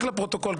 רק לפרוטוקול,